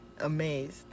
amazed